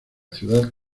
ciudad